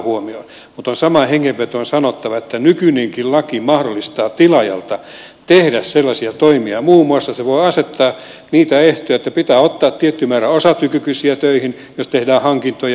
mutta on samaan hengenvetoon sanottava että nykyinenkin laki mahdollistaa tilaajan tehdä sellaisia toimia muun muassa se voi asettaa niitä ehtoja että pitää ottaa tietty määrä osatyökykyisiä töihin jos tehdään hankintoja